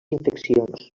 infeccions